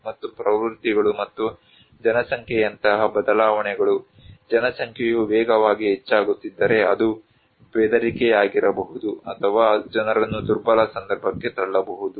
ಮತ್ತು ಪ್ರವೃತ್ತಿಗಳು ಮತ್ತು ಜನಸಂಖ್ಯೆಯಂತಹ ಬದಲಾವಣೆಗಳು ಜನಸಂಖ್ಯೆಯು ವೇಗವಾಗಿ ಹೆಚ್ಚಾಗುತ್ತಿದ್ದರೆ ಅದು ಬೆದರಿಕೆಯಾಗಿರಬಹುದು ಅಥವಾ ಜನರನ್ನು ದುರ್ಬಲ ಸಂದರ್ಭಕ್ಕೆ ತಳ್ಳಬಹುದು